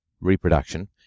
reproduction